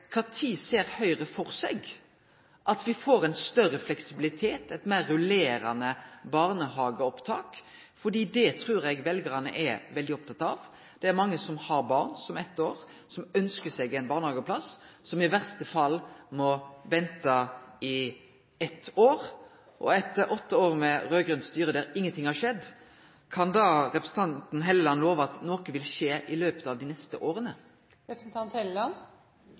Kva tid ser Høgre for seg at me får ein større fleksibilitet, eit meir rullerande barnehageopptak? Det trur eg veljarane er veldig opptatt av. Det er mange som har barn som er eitt år, som ønskjer seg ein barnehageplass, og som i verste fall må vente i eitt år. Etter åtte år med raud-grønt styre der ingenting har skjedd, kan da representanten Helleland love at noko vil skje i løpet av dei neste åra?